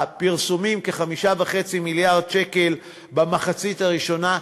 כ-5.5 מיליארד שקל במחצית הראשונה.